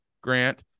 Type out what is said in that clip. Grant